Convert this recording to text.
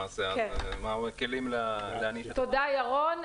תודה ירון.